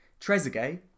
Trezeguet